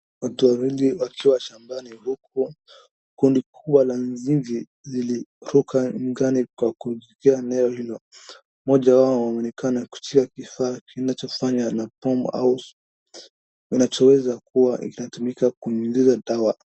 watu wawili wakiwa shambani huku kundi kubwa la nzige ziliruka angani kwa kulifikia eneo hilo. Moja anaoneka kushika kifaa kinacho fanya na bomu au kinachoweza kuwa kinatumika kunyunyiza dawa.